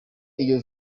iyo